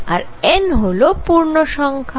আর n হল পূর্ণসংখ্যা